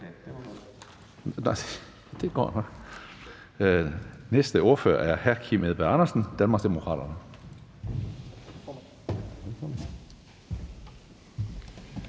Det går nok. Næste ordfører er hr. Kim Edberg Andersen, Danmarksdemokraterne.